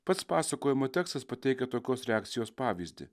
pats pasakojimo tekstas pateikia tokios reakcijos pavyzdį